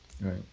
Right